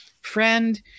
Friend